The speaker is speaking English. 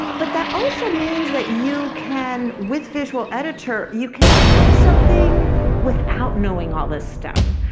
but that also means that you can, with visual editor, you can add something without knowing all this stuff.